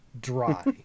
dry